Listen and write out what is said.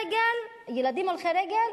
ילדים הולכי רגל,